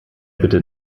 bitte